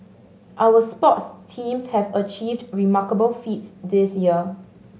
our sports teams have achieved remarkable feats this year